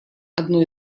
одной